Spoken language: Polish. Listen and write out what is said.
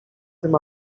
tym